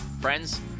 Friends